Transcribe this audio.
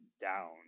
down